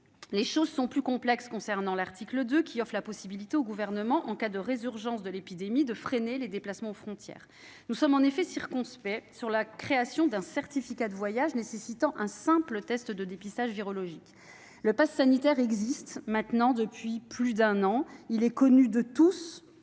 Les choses sont plus complexes concernant l'article 2, qui offre la possibilité au Gouvernement, en cas de résurgence de l'épidémie, de freiner les déplacements aux frontières. Nous sommes en effet circonspects sur la création d'un « certificat de voyage » nécessitant un simple test de dépistage virologique. Le passe sanitaire existe depuis maintenant plus d'un an. Il est connu et